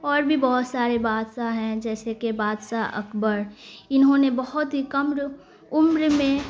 اور بھی بہت سارے بادشاہ ہیں جیسے کہ بادشاہ اکبر انہوں نے بہت ہی کم عمر میں